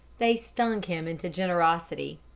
they stung him into generosity.